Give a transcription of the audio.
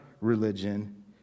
religion